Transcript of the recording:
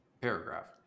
paragraph